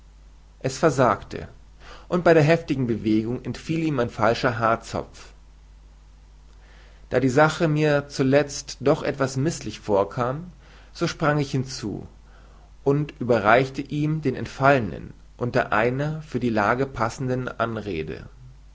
es versagte und bei der heftigen bewegung entfiel ihm ein falscher haarzopf da die sache mir zulezt doch etwas mißlich vorkam so sprang ich hinzu und überreichte ihm den entfallenen unter einer für die lage passenden anrede